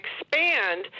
expand